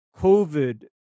COVID